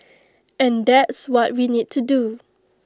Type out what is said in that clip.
and that's what we need to do